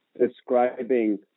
describing